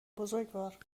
بزرگوار